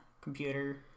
computer